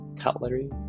Cutlery